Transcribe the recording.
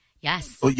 Yes